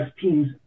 team's